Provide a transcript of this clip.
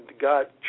God